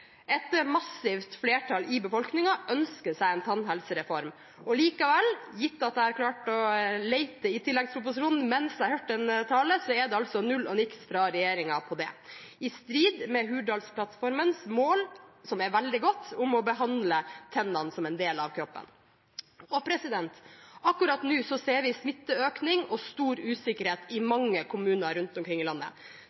Et massivt flertall i befolkningen ønsker seg en tannhelsereform. Likevel – gitt at jeg har klart å lete i tilleggsproposisjonen mens jeg hørte en tale – er det altså null og niks fra regjeringen på det, i strid med Hurdalsplattformens mål, som er veldig godt, om å behandle tennene som en del av kroppen. Akkurat nå ser vi smitteøkning og stor usikkerhet i